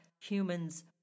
humans